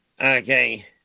Okay